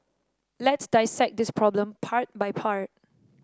let's dissect this problem part by part